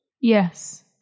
Yes